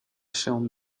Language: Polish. się